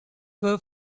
were